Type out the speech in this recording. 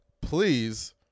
Please